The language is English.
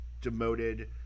demoted